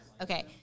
Okay